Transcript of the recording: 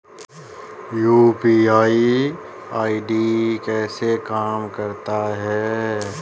UPI ID कैसे काम करता है?